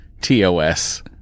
TOS